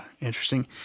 interesting